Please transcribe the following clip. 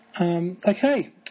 Okay